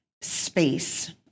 space